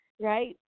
right